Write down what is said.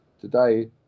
today